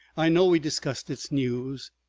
i know we discussed its news,